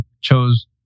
chose